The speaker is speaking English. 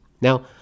Now